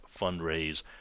fundraise